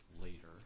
later